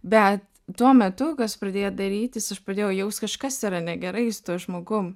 bet tuo metu kas pradėjo darytis aš pradėjau jaust kažkas yra negerai su tuo žmogum